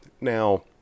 now